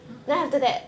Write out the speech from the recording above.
(uh huh)